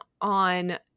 on